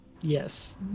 Yes